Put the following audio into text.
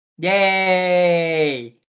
Yay